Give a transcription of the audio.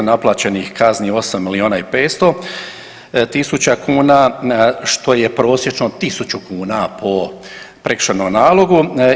Naplaćenih kazni 8 milijuna i 500 tisuća kuna što je prosječno tisuću kuna po prekršajnom nalogu.